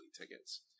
tickets